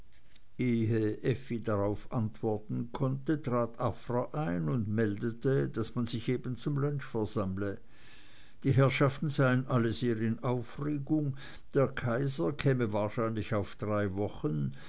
darauf antworten konnte trat afra ein und meldete daß man sich eben zum lunch versammle die herrschaften seien alle sehr in aufregung der kaiser käme wahrscheinlich auf drei wochen